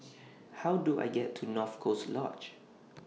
How Do I get to North Coast Lodge